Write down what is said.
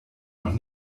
noch